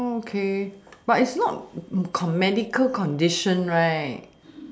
okay but it's not con~ medical condition right